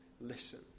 listen